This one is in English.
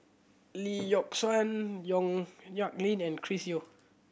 Lee Yock Suan Yong Nyuk Lin and Chris Yeo